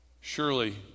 surely